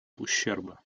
ущерба